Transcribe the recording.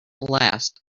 last